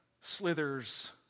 slithers